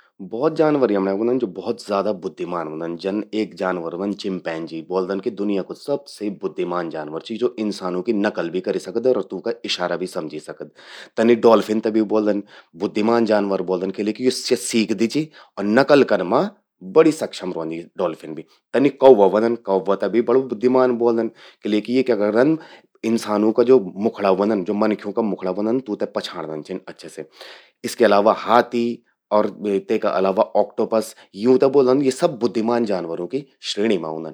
भौत जानवर यमण्यें ह्वंदन, ज्वो भौत ज्यादा बुद्धिमान ह्वंदन। जन एक जानवर ह्वंद चिंपैंजी। ब्वोदन कि दुनिया कु सबसे बुद्धिमान जानवर चि, ज्वो इंसानों कि नकल भी करि सकद अर तूंका इशारा भी समझी सकद। तनि डॉल्फिन ते भी ब्वोल्दन, बुद्धिमान जानवर ब्लोल्दन किले कि स्या सीखदि चि अर नकल कन मां बड़ि सक्षम रौंदि डॉल्फिन भि। तनि कौव्वा ह्व्दंन। कौव्वूं ते भी बड़ु बुद्धिमान ब्वोल्दन किले कि यी क्या करदन, इंसानूं का ज्वो मुखड़ा ह्वंदन, ज्वो मनख्यूं का मुखड़ा व्हंदन, तूंते पछाणदन छिन अच्छे से। इसके अलावा हाथी, तेका अलावा ऑक्टोपस। यूंते ब्वोल्दन कि यी सब बुद्धिमान जानवरों की श्रेणी मां उंदन।